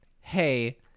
hey